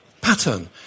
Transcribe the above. pattern